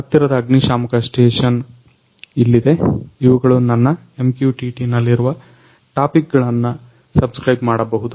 ಹತ್ತಿರದ ಅಗ್ನಿ ಶಾಮಕ ಸ್ಟೇಷನ್ ಇಲ್ಲಿದೆ ಇವುಗಳು ನನ್ನ MQTTನಲ್ಲಿರುವ ಟಾಪಿಕ್ ಗಳನ್ನ ಸಬ್ಸ್ಕ್ರೈಬ್ ಮಾಡಬಹುದು